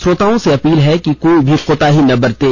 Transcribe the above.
श्रोताओं से अपील है कि कोई भी कोताही न बरतें